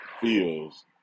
feels